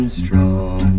strong